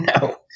No